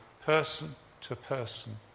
person-to-person